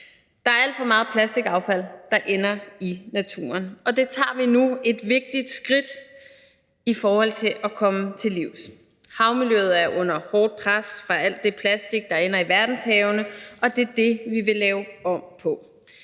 Der er alt for meget plastikaffald, der ender i naturen, og det tager vi nu et vigtigt skridt i forhold til at komme til livs. Havmiljøet er under hårdt pres fra alt det plastik, der ender i verdenshavene, og det er det, vi vil lave om på.